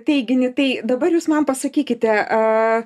teiginį tai dabar jūs man pasakykite